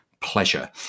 pleasure